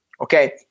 Okay